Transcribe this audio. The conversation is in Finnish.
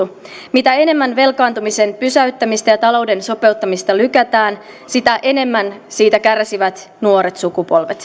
mitä enemmän velkaantumisen pysäyttämistä ja talouden sopeuttamista lykätään sitä enemmän siitä kärsivät nuoret sukupolvet